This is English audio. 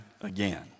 again